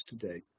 today